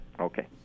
Okay